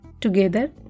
Together